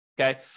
okay